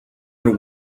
and